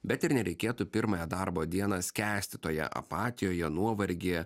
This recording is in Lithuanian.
bet ir nereikėtų pirmąją darbo dieną skęsti toje apatijoje nuovargyje